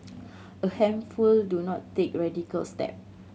a handful do not take radical step